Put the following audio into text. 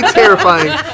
terrifying